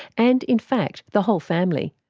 and in fact the whole family.